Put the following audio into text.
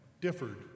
differed